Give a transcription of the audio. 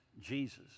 Jesus